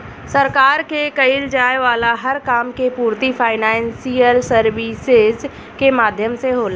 सरकार के कईल जाये वाला हर काम के पूर्ति फाइनेंशियल सर्विसेज के माध्यम से होला